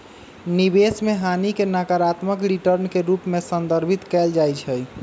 निवेश में हानि के नकारात्मक रिटर्न के रूप में संदर्भित कएल जाइ छइ